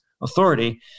authority